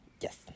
yes